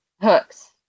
hooks